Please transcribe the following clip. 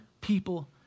people